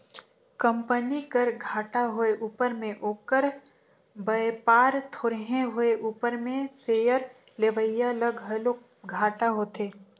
company कर घाटा होए उपर में ओकर बयपार थोरहें होए उपर में सेयर लेवईया ल घलो घाटा होथे